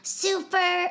super